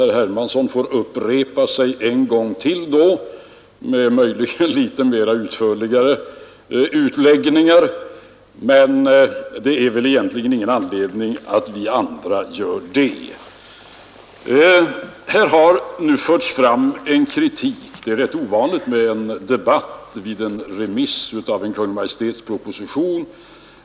Herr Hermansson får då upprepa sig en gång till, möjligen med litet utförligare utläggningar. Men det finns väl egentligen ingen anledning att vi andra gör på det sättet. Här har nu förts fram en kritik. Det är rätt ovanligt med en debatt vid remiss av en Kungl. Maj:ts proposition.